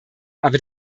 aber